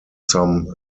some